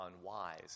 unwise